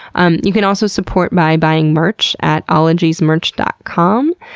um you can also support by buying merch at ologiesmerch dot com.